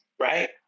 right